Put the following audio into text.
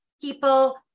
people